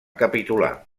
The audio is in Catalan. capitular